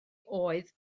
oedd